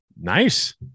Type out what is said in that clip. Nice